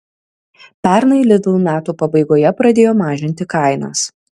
pernai lidl metų pabaigoje pradėjo mažinti kainas